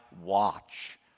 watch